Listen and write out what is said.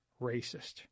racist